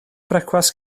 brecwast